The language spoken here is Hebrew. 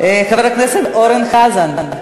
חבר הכנסת אורן חזן.